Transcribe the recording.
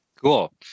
Cool